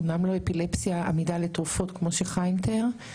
אומנם לא אפילפסיה עמידה לתרופות, כמו שחיים תיאר,